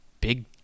big